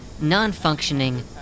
non-functioning